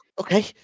okay